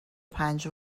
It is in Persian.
پنج